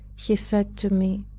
he said to me,